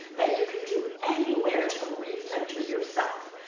that you can do anywhere to recenter yourself.